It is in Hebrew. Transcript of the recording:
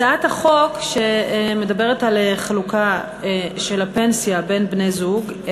הצעת החוק שמדברת על חלוקה של הפנסיה בין בני-זוג,